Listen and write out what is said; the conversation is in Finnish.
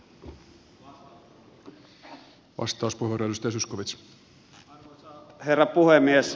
arvoisa herra puhemies